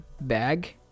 bag